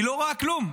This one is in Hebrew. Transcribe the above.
היא לא רואה כלום.